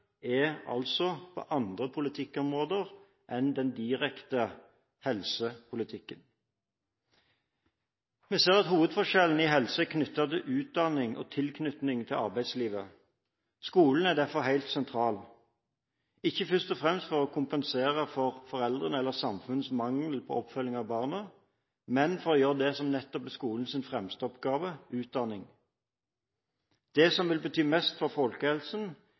er altså på andre politikkområder enn den direkte helsepolitikken. Vi ser at hovedforskjellen i helse er knyttet til utdanning og tilknytning til arbeidslivet. Skolen er derfor helt sentral – ikke først og fremst for å kompensere for foreldrene eller samfunnets mangel på oppfølging av barna, men for å gjøre det som nettopp er skolens fremste oppgave: utdanning. Det som vil bety mest for folkehelsen,